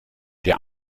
der